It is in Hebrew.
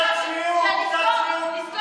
תזכור, תזכור, קצת צניעות.